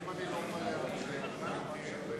הכנסת)